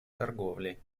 торговли